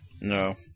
No